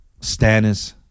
Stannis